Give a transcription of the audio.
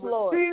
Lord